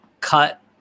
cut